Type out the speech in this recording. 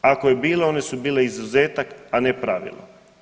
Ako je bilo, one su bile izuzetak, a ne pravilo.